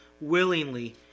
willingly